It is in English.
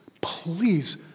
please